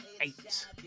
eight